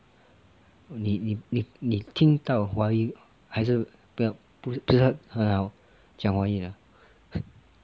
你你你你听到华语还是不要不是很好讲华语啦